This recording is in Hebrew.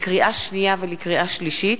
לקריאה שנייה ולקריאה שלישית,